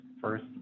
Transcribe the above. first